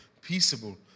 peaceable